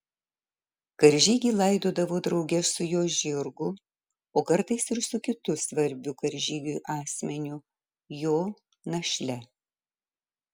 karžygį laidodavo drauge su jo žirgu o kartais ir su kitu svarbiu karžygiui asmeniu jo našle